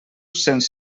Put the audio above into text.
cents